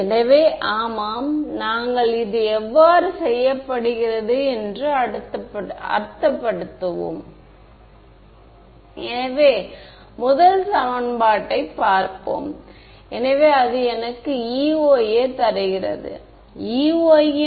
எனவே அங்கு என்ன பொதுவான பார்ஷியல் டெரிவேட்டிவ் x க்கு தொடர்பில் இருக்கும்